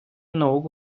наук